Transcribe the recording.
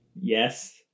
Yes